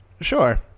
Sure